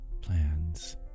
plans